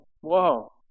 Whoa